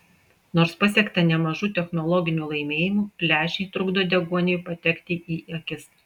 nors pasiekta nemažų technologinių laimėjimų lęšiai trukdo deguoniui patekti į akis